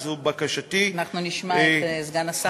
זו בקשתי, אנחנו נשמע את גם סגן השר.